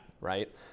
right